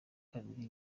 kabiri